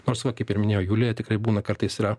nors va kaip ir minėjo julija tikrai būna kartais yra